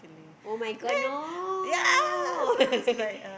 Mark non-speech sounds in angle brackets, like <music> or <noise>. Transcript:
[oh]-my-god no <laughs>